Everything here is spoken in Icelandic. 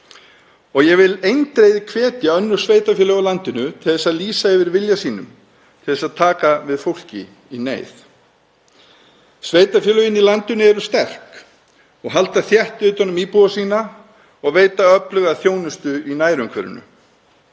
og ég vil eindregið hvetja önnur sveitarfélög á landinu til að lýsa yfir vilja sínum til að taka við fólki í neyð. Sveitarfélögin í landinu eru sterk og halda þétt utan um íbúa sína og veita öfluga þjónustu í nærumhverfinu.